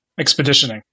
expeditioning